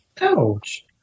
Ouch